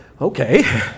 Okay